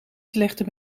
slechte